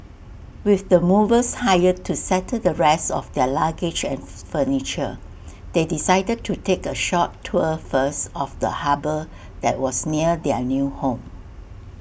with the movers hired to settle the rest of their luggage and furniture they decided to take A short tour first of the harbour that was near their new home